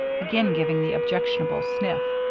again giving the objectionable sniff.